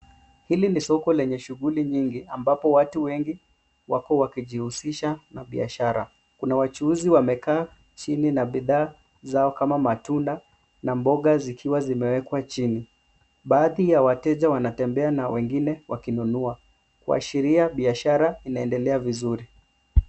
Hili ni soko lenye shughuli nyingi ambapo watu wengi wapo wakijihusisha na biashara. Kuna wachuuzi wamekaa chini na bidhaa zao kama matunda na mboga zikiwa zimewekwa chini. Baadhi ya wateja wanatembea na wengine wakinunua kuashiria biashara inaendelea vizuri.